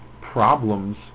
problems